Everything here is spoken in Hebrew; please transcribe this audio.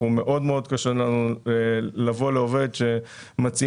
מאוד מאוד קשה לנו לבוא לעובד שמציעים